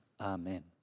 Amen